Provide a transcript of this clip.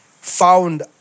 found